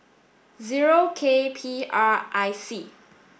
zero K P R I C